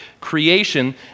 creation